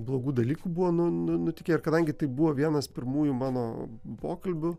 blogų dalykų buvo nu nutikę ir kadangi tai buvo vienas pirmųjų mano pokalbių